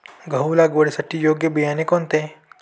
गहू लागवडीसाठी योग्य बियाणे कोणते?